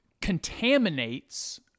contaminates